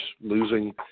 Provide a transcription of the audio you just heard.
losing